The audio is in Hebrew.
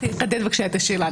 חדד בבקשה את השאלה.